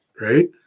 Right